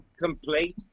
Complete